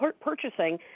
purchasing